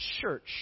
church